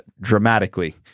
dramatically